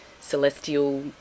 celestial